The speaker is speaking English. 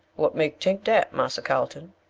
what make tink dat, marser carlton?